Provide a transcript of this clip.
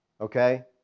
Okay